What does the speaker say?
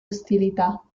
ostilità